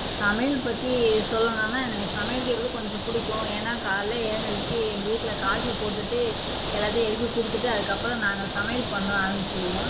சமையல் பற்றி சொல்லணும்னா எனக்கு சமைக்கிறது கொஞ்சம் பிடிக்கும் ஏன்னால் காலை எந்துருச்சி எங்கள் வீட்டில் காஃபி போட்டுவிட்டு எல்லாத்தையும் எழுப்பி கொடுத்துட்டு அதுக்கப்புறம் நாங்கள் சமையல் பண்ண ஆரம்பிச்சுருவோம்